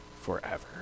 Forever